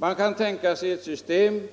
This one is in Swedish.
Man kan tänka sig ett system